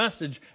message